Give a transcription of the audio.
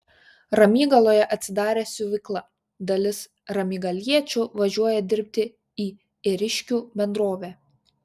ramygaloje atsidarė siuvykla dalis ramygaliečių važiuoja dirbti į ėriškių bendrovę